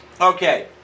okay